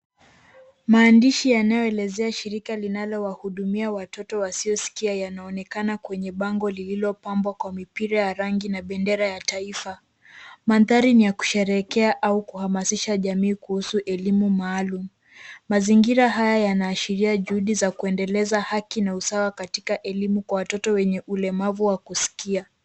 Maandishi yanayoelezea shirika linalowahudumia watoto wasiosikia yanaonekana kwenye bango lililopambwa kwa mipira ya rangi na bendera ya taifa. Mandhari ni ya kusherehekea au kuhamasisha jamii kuhusu elimu maalum. Mazingira haya yanaashiria juhudi za kuendeleza haki na usawa katika elimu kwa watoto wenye ulemavu wa kusikia.